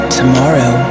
tomorrow